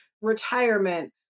retirement